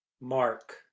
MARK